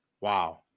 Wow